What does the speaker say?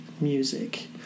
music